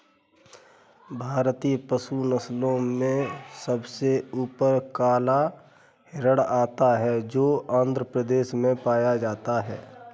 भारतीय पशु नस्लों में सबसे ऊपर काला हिरण आता है जो आंध्र प्रदेश में पाया जाता है